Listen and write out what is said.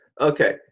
Okay